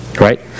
Right